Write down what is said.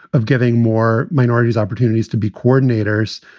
of giving more minorities opportunities to be coordinators.